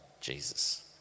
Jesus